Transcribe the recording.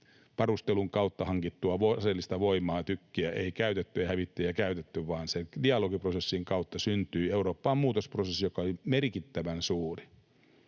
varustelun kautta hankittua aseellista voimaa, tykkiä ja hävittäjää, käytettiin, vaan sen dialogiprosessin kautta syntyi Eurooppaan muutosprosessi, joka oli merkittävän suuri.